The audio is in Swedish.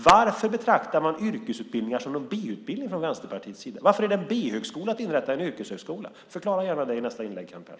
Varför betraktar man från Vänsterpartiets sida yrkesutbildningar som B-utbildningar? Varför är en yrkeshögskola en B-högskola? Förklara gärna det i nästa inlägg, Kent Persson.